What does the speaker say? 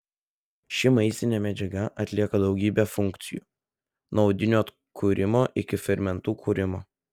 ši maistinė medžiaga atlieka daugybę funkcijų nuo audinių atkūrimo iki fermentų kūrimo